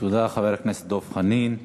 תודה, חבר הכנסת דב חנין.